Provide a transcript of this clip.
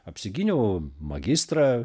apsigyniau magistrą